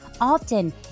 Often